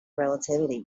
relativity